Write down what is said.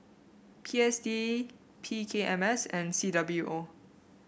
P S D P K M S and C W O